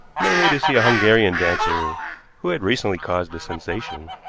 mainly to see a hungarian dancer who had recently caused a sensation.